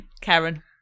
Karen